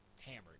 hammered